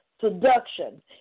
seduction